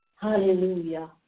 Hallelujah